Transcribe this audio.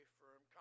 firm